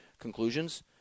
conclusions